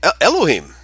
Elohim